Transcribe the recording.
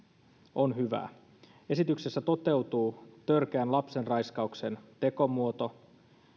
on hyvää esityksessä toteutuu törkeä lapsenraiskauksen tekomuoto